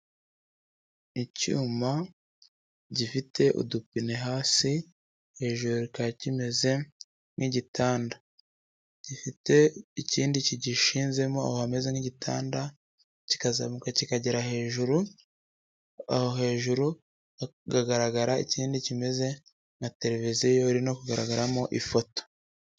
Icyuma gifite udupine hasi, hejuru kikaba kimeze nk'igitanda. Gifite ikindi kigishinzemo aho hameze nk'igitanda kikazamuka kikagera hejuru. Aho hejuru hakagaragara ikindi kimeze nka televiziyo iri no kugaragaramo ifoto.